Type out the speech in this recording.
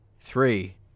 Three